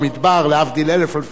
להבדיל אלף אלפי הבדלות,